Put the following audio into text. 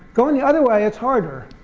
going the other way it's harder.